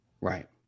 right